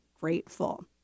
grateful